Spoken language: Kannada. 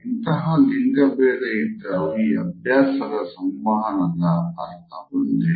ಇಂತಹ ಲಿಂಗ ಬೇಧ ಇದ್ದರೂ ಈ ಅಭ್ಯಾಸದ ಸಂವಹನದ ಅರ್ಥ ಒಂದೇ